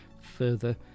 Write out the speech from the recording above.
further